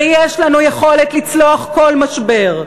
ויש לנו יכולת לצלוח כל משבר,